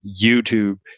YouTube